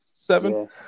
Seven